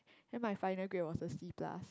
then my final grade was a C plus